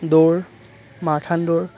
দৌৰ মাৰথান দৌৰ